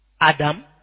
Adam